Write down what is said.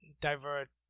divert